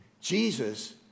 Jesus